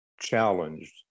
challenged